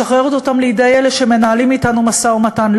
משחררת אותם לידי אלה שמנהלים אתנו משא-ומתן,